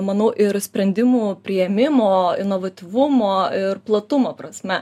manau ir sprendimų priėmimo inovatyvumo ir platumo prasme